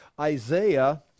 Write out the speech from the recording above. Isaiah